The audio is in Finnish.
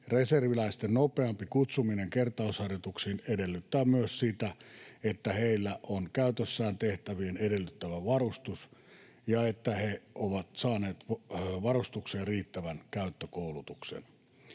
Reserviläisten nopeampi kutsuminen kertausharjoituksiin edellyttää myös sitä, että heillä on käytössään tehtävien edellyttämä varustus ja että he ovat saaneet varustukseen riittävän käyttökoulutuksen.